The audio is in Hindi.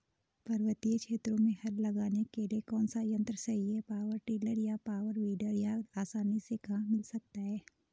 पर्वतीय क्षेत्रों में हल लगाने के लिए कौन सा यन्त्र सही है पावर टिलर या पावर वीडर यह आसानी से कहाँ मिल सकता है?